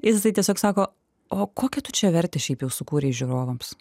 jisai tiesiog sako o kokią tu čia vertę šiaip jau sukūrei žiūrovams